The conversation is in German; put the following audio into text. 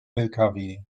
lkw